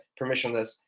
permissionless